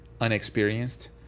unexperienced